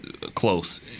close